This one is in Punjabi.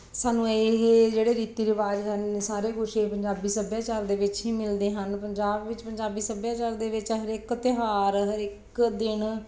ਸਾਨੂੰ ਇਹ ਜਿਹੜੇ ਰੀਤੀ ਰਿਵਾਜ਼ ਹਨ ਸਾਰੇ ਕੁਛ ਇਹ ਪੰਜਾਬੀ ਸੱਭਿਆਚਾਰ ਦੇ ਵਿੱਚ ਹੀ ਮਿਲਦੇ ਹਨ ਪੰਜਾਬ ਵਿੱਚ ਪੰਜਾਬੀ ਸੱਭਿਆਚਾਰ ਦੇ ਵਿੱਚ ਹਰ ਇੱਕ ਤਿਉਹਾਰ ਹਰ ਇੱਕ ਦਿਨ